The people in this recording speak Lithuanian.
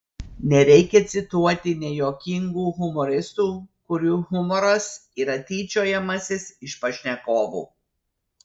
nereikia cituoti nejuokingų humoristų kurių humoras yra tyčiojimasis iš pašnekovų